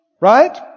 Right